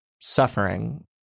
suffering